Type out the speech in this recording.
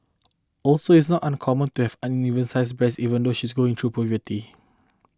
also it's not uncommon to have unevenly sized breasts even though she is going through puberty